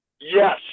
yes